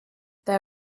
there